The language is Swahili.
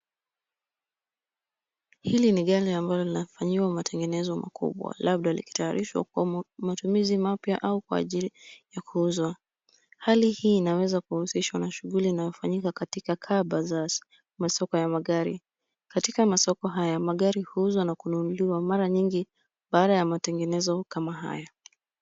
Hili ni gari ambalo linafanyiwa matengenezo makubwa, labda likitarishwa kwa matumizi mapya au kwa ajili ya kuuzwa. Hali hii inaweza kuhusishwa na shughuli inayofanyika katika car bazaars masoko ya magari. Katika masoko haya, magari huuzwa na kununuliwa. Mara nyingi baada ya matengenezo kama haya.